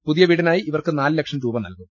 പുതിയ വീടിനായി ഇവർക്ക് നാല് ലക്ഷം രൂപ നൽകും